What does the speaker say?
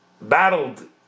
battled